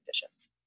conditions